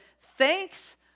thanks